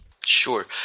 sure